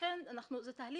גם פה אנחנו נצטרך.